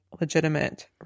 legitimate